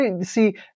see